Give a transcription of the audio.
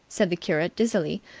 said the curate dizzily